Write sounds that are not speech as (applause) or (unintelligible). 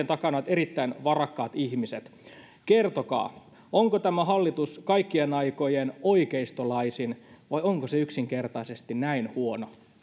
(unintelligible) takana on erittäin varakkaita ihmisiä kertokaa onko tämä hallitus kaikkien aikojen oikeistolaisin vai onko se yksinkertaisesti näin huono